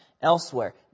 Elsewhere